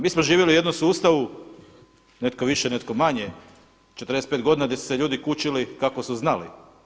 Mi smo živjeli u jednom sustavu netko više netko manje 45 godina gdje su se ljudi kučili kako su znali.